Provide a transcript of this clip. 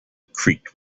creaked